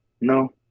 No